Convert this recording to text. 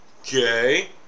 Okay